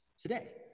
today